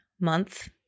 month